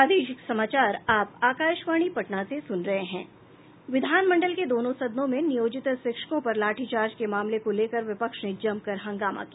विधानमंडल के दोनों सदनों में नियोजित शिक्षकों पर लाठीचार्ज के मामले को लेकर विपक्ष ने जमकर हंगामा किया